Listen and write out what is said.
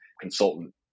consultant